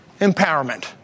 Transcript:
empowerment